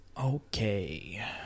Okay